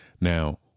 Now